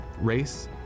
race